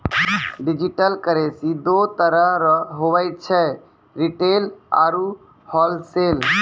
digital currency दो तरह रो हुवै छै रिटेल आरू होलसेल